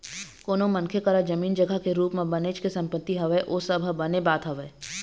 कोनो मनखे करा जमीन जघा के रुप म बनेच के संपत्ति हवय ओ सब ह बने बात हवय